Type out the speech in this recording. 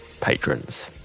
patrons